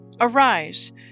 Arise